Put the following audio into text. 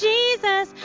Jesus